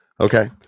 Okay